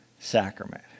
Sacrament